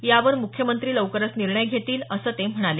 यावर मुख्यमंत्री लवकरच निर्णय घेतील असं ते म्हणाले